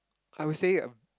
I would say